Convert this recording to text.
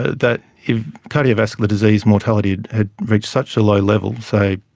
ah that if cardiovascular disease mortality had reached such a low level, say